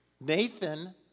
Nathan